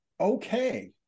okay